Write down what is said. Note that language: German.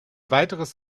weiteres